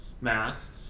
mass